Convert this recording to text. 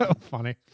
funny